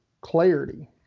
clarity